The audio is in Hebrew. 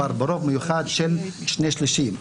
אבל ברוב מיוחד של שני שלישים.